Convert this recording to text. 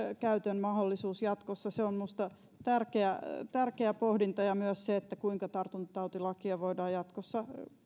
käytön mahdollisuus jatkossa se on minusta tärkeä tärkeä pohdinta ja myös se kuinka tartuntatautilakia voidaan jatkossa